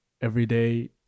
everyday